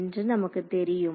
என்று நமக்கு தெரியும்